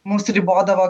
mums ribodavo